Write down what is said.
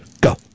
Go